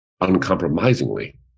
uncompromisingly